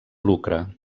lucre